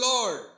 Lord